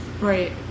Right